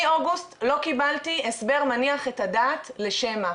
מאוגוסט לא קיבלתי הסבר מניח את הדעת לשם מה?